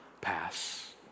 pass